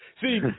See